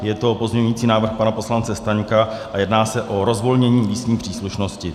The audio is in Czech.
Je to pozměňující návrh pana poslance Staňka a jedná se o rozvolnění místní příslušnosti.